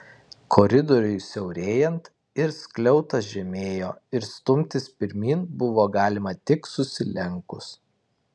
koridoriui siaurėjant ir skliautas žemėjo ir stumtis pirmyn buvo galima tik susilenkus